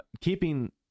keeping